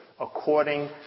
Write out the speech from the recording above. according